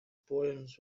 poems